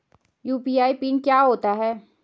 UPI pin क्या होता है?